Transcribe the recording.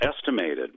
estimated